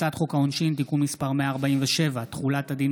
הצעת חוק העונשין (תיקון מס' 147) (תחולת הדין